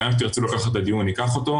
לאן שתרצו לקחת א הדיון, ניקח אותו.